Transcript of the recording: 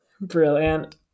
Brilliant